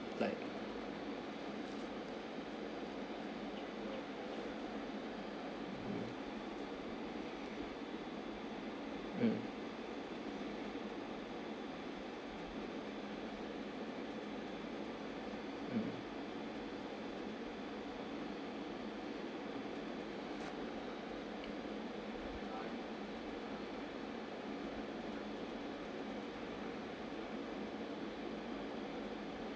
like mm mm